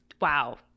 Wow